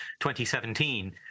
2017